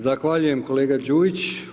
Zahvaljujem kolega Đujić.